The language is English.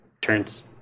Turns